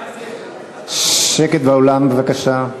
שקט באולם בבקשה.